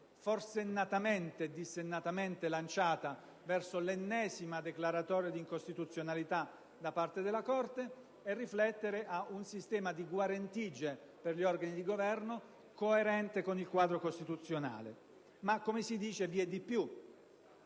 forsennatamente e dissennatamente lanciata verso l'ennesima declaratoria di incostituzionalità da parte della Corte e farci riflettere su un sistema di guarentigie per gli organi di Governo coerente con il quadro costituzionale. Ma, come si dice, vi è di più: